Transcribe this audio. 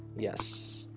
yes,